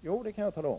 Jo, det kan jag tala om: